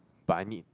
but I need